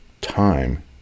time